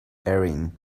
erin